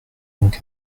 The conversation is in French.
donc